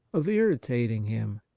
of irritating him.